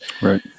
Right